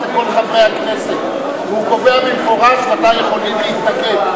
לכל חברי הכנסת והוא קובע במפורש מתי יכולים להתנגד.